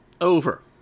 over